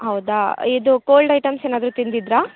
ಹೌದಾ ಇದು cold items ಏನಾದರೂ ತಿಂದಿದ್ದಿರ